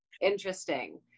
Interesting